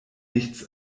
nichts